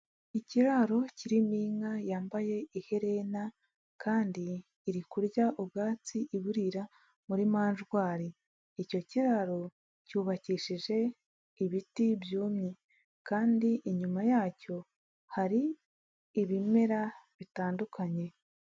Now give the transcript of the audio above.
Ikiraro kirimo inka yambaye iherena kandi iri kurya ubwatsi iburira muri manjwari, icyo kiraro cyubakishije ibiti byumye kandi inyuma yacyo hari ibimera bitandukanye.